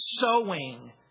sowing